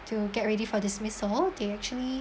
to get ready for dismissal they actually